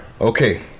okay